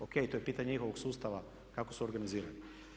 Ok, to je pitanje njihovog sustava kako su organizirani.